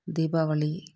Deepavali